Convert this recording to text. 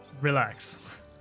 Relax